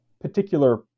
particular